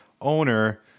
owner